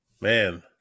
Man